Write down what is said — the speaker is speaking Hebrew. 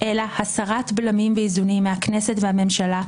אלא הסרת בלמים ואיזונים מהכנסת והממשלה,